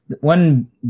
one